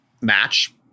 match